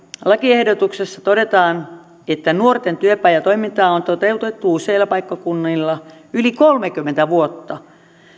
lakiehdotuksessa todetaan että nuorten työpajatoimintaa on toteutettu useilla paikkakunnilla yli kolmekymmentä vuotta